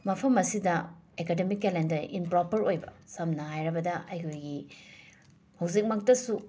ꯃꯐꯝ ꯑꯁꯤꯗ academic calendar improper ꯑꯣꯏꯕ ꯁꯝꯅ ꯍꯥꯏꯔꯕꯗ ꯑꯩꯈꯣꯏꯒꯤ ꯍꯧꯖꯤꯛꯃꯛꯇꯁꯨ